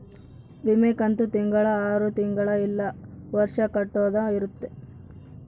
ವಿಮೆ ಕಂತು ತಿಂಗಳ ಆರು ತಿಂಗಳ ಇಲ್ಲ ವರ್ಷ ಕಟ್ಟೋದ ಇರುತ್ತ